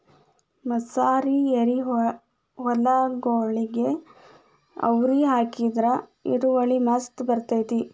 ಮಸಾರಿ ಎರಿಹೊಲಗೊಳಿಗೆ ಅವ್ರಿ ಹಾಕಿದ್ರ ಇಳುವರಿ ಮಸ್ತ್ ಬರ್ತೈತಿ